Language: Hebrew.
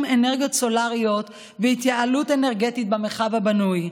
אנרגיות סולריות והתייעלות אנרגטית במרחב הבנוי,